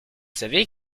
savez